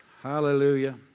Hallelujah